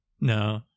No